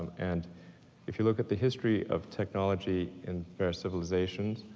and if you look at the history of technology in various civilizations,